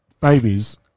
babies